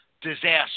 disaster